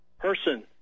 person